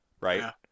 right